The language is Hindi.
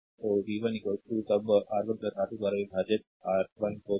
स्लाइड टाइम देखें 1903 तो v 1 तब R1 R2 द्वारा विभाजित R1 हो जाएगा